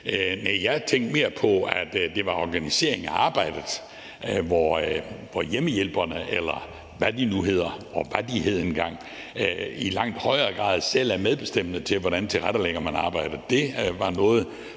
Jeg tænkte mere på, at det var organiseringen af arbejdet, hvor hjemmehjælperne, eller hvad de nu hedder, og hvad de hed engang, i langt højere grad selv er med bestemmende i, hvordan man tilrettelægger arbejdet. Det var noget,